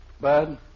Bud